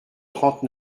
trente